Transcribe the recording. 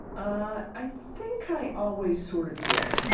ah i think i always sort of did.